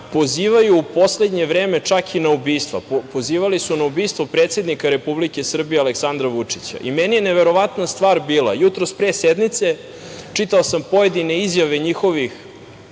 Pozivaju, u poslednje vreme, čak i na ubistva. Pozivali su na ubistvo predsednika Republike Srbije Aleksandra Vučića. Meni je neverovatna stvar bila… Jutros pre sednice čitao sam pojedine izjave njihovih